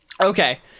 Okay